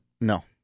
No